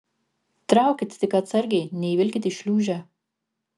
traukit tik atsargiai neįvilkit į šliūžę